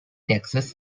taxes